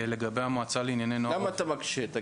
לגבי המועצה לענייני נוער עובד,